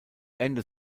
ende